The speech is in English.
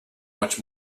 much